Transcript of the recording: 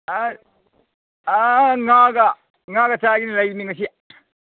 ꯑꯥ ꯑꯥ ꯉꯥꯒ ꯉꯥꯒ ꯆꯥꯔꯥ ꯂꯩꯕꯅꯤ ꯉꯁꯤ